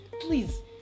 please